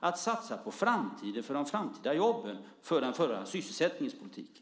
Den förda sysselsättningspolitiken ska satsa på framtiden för de framtida jobben.